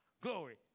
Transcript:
glory